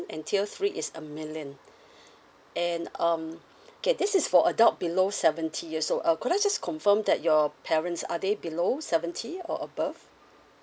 and tier three is a million and um okay this is for adult below seventy years old uh could I just confirm that your parents are they below seventy or above